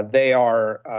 ah they are,